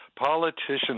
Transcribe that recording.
politicians